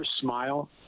smile